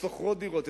ששוכרות דירות,